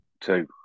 two